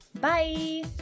Bye